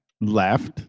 left